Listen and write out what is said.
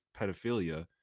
pedophilia